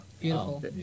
Beautiful